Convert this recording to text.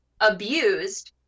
abused